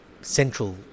central